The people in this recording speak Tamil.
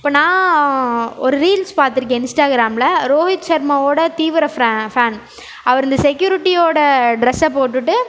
இப்போ நான் ஒரு ரீல்ஸ் பார்த்துருக்கேன் இன்ஸ்டாகிராமில் ரோஹித் ஷர்மாவோட தீவிர ஃபேன் அவர் இந்த செக்யூரிட்டியோட ட்ரெஸ்ஸை போட்டுவிட்டு